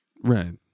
Right